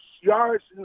yards